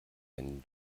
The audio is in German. wenn